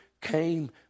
came